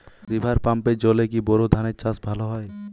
River পাম্পের জলে কি বোর ধানের চাষ ভালো হয়?